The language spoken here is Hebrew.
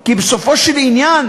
כי בסופו של עניין